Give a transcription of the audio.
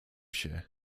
się